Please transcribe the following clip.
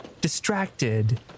distracted